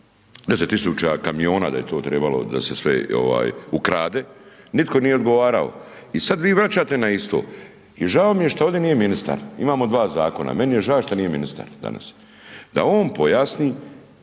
tisuća kamiona da je to trebalo da se sve ukrade. Nitko nije odgovarao. I sad vi vraćate na isto. I žao mi je što ovdje nije ministar, imamo dva Zakona, meni je ža' šta nije ministar danas, da on pojasni